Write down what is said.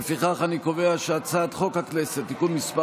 לפיכך אני קובע שהצעת חוק הכנסת (תיקון מס'